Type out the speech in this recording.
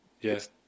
Yes